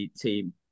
team